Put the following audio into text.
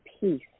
peace